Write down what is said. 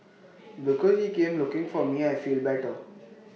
because he came looking for me I feel better